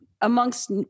amongst